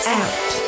out